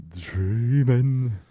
dreaming